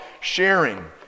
sharing